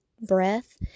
breath